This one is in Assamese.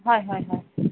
হয় হয় হয়